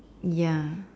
ya